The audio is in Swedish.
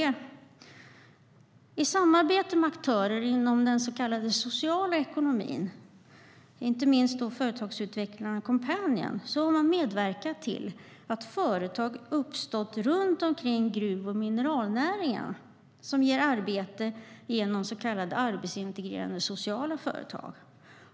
I samarbete med aktörer inom den så kallade sociala ekonomin, inte minst företagsutvecklarna Coompanion, har man medverkat till att företag uppstått runt omkring gruv och mineralnäringarna och ger arbete genom så kallade arbetsintegrerande sociala företag.